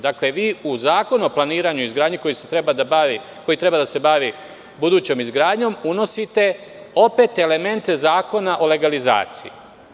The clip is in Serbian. Dakle, vi u Zakon o planiranju i izgradnji, koji treba da se bavi budućom izgradnjom, unosite opet elemente Zakona o legalizaciji.